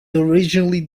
originally